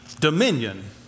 dominion